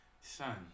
Son